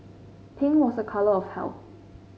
pink was a colour of health